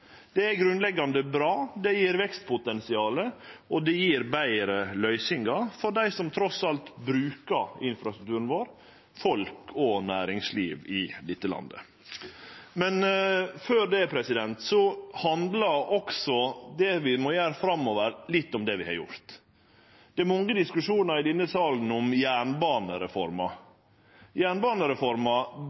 Det er grunnleggjande bra. Det gjev vekstpotensial, og det gjev betre løysingar for dei som trass alt bruker infrastrukturen vår – folk og næringsliv i dette landet. Men det vi må gjere framover, handlar også litt om det vi har gjort. Det er mange diskusjonar i denne salen om jernbanereforma. Jernbanereforma